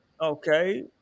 okay